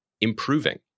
improving